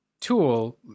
tool